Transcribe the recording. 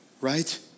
right